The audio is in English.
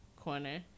corner